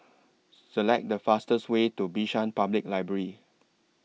Select The fastest Way to Bishan Public Library